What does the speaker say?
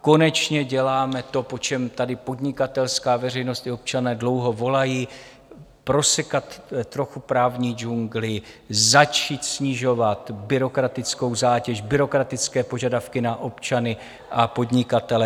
Konečně děláme to, po čem tady podnikatelská veřejnost i občané dlouho volají: prosekat trochu právní džungli, začít snižovat byrokratickou zátěž, byrokratické požadavky na občany a podnikatele.